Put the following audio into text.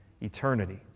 eternity